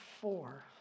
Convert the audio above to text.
Four